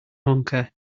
honker